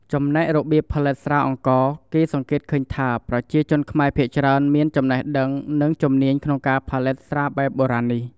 ចំណែករបៀបផលិតស្រាអង្ករ គេសង្កេតឃើញថា ប្រជាជនខ្មែរភាគច្រើន មានចំណេះដឹង និងជំនាញក្នុងការផលិតស្រាបែបបុរាណនេះ។